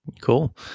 Cool